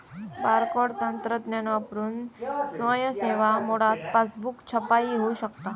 barcode तंत्रज्ञान वापरून स्वयं सेवा मोडात पासबुक छपाई होऊ शकता